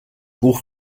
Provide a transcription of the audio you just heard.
buch